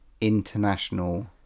International